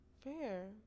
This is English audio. Fair